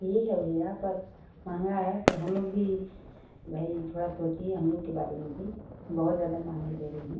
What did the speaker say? ठीक है भैया पर महँगा है पर हम लोग भी भाई थोड़ा सोचिए हम लोग के बारे में भी बहुत जादा महँगे दे रही हैं